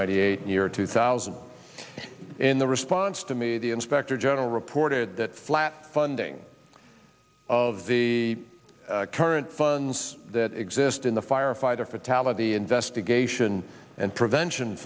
hundred eighteen year two thousand in the response to me the inspector general reported that flat funding of the current funds that exist in the firefighter fatality investigation and prevention